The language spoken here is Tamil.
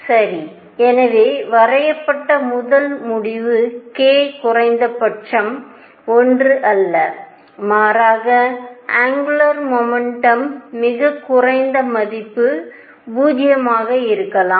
சரி எனவே வரையப்பட்ட முதல் முடிவு k குறைந்தபட்சம் 1 அல்ல மாறாக ஆங்குலர் முமெண்டம் மிகக் குறைந்த மதிப்பு 0 ஆக இருக்கலாம்